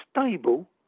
stable